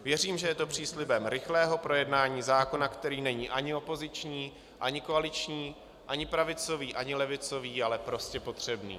Věřím, že je to příslibem rychlého projednání zákona, který není ani opoziční, ani koaliční, ani pravicový, ani levicový, ale prostě potřebný.